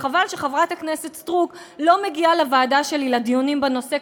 וחבל שחברת הכנסת סטרוק לא מגיעה לוועדה שלי לדיונים בנושא,